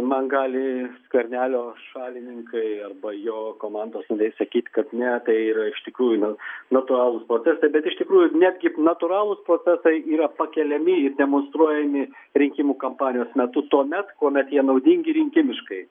man gali skvernelio šalininkai arba jo komandos nariai sakyt kad ne tai yra iš tikrųjų natūralūs procesai bet iš tikrųjų netgi natūralūs procesai yra pakeliami i demonstruojami rinkimų kampanijos metu tuomet kuomet jie naudingi rinkimiškai